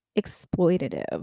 exploitative